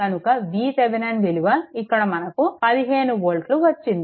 కనుక VThevenin విలువ ఇక్కడ మనకు 15 వోల్ట్లు వచ్చింది